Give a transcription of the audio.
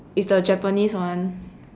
is the Japanese one